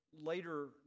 later